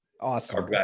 Awesome